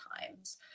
times